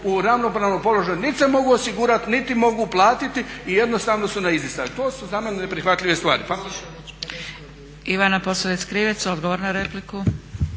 u ravnopravnom položaju, niti se mogu osigurati, niti mogu platiti i jednostavno su na izdisaju. To su za mene neprihvatljive stvari.